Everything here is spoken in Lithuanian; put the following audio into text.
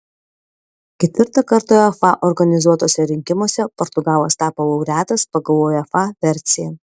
ketvirtą kartą uefa organizuotuose rinkimuose portugalas tapo laureatas pagal uefa versiją